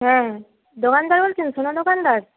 হ্যাঁ দোকানদার বলছেন সোনার দোকানদার